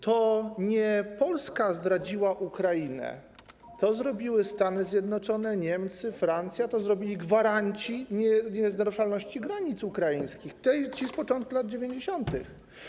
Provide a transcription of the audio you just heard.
To nie Polska zdradziła Ukrainę, to zrobiły Stany Zjednoczone, Niemcy, Francja, to zrobili gwaranci nienaruszalności granic ukraińskich, ci z początku lat 90.